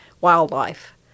wildlife